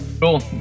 Cool